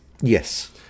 Yes